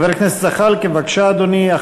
חבר הכנסת זחאלקה, בבקשה, אדוני.